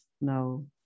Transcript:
No